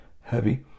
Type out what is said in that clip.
heavy